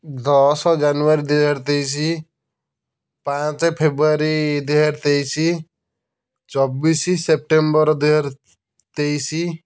ଦଶ ଜାନୁୟାରୀ ଦୁଇହଜାରତେଇଶି ପାଞ୍ଚ ଫେବୃୟାରୀ ଦୁଇହଜାରତେଇଶି ଚବିଶି ସେପ୍ଟେମ୍ବର ଦୁଇ ହଜାରତେଇଶି